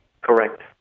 Correct